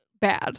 bad